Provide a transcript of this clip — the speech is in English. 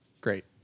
Great